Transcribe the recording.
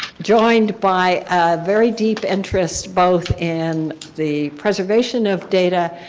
joined by a very deep interest both in the preservation of data,